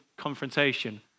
confrontation